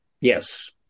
Yes